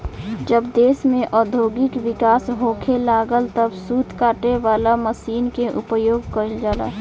जब देश में औद्योगिक विकास होखे लागल तब सूत काटे वाला मशीन के उपयोग गईल जाला